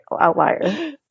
outlier